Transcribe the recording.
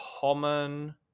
common